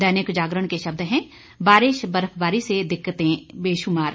दैनिक जागरण के शब्द है बारिश बर्फबारी से दिक्कतें बेशुमार